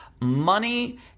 money